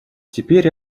теперь